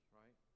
right